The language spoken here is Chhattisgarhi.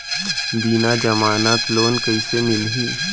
बिना जमानत लोन कइसे मिलही?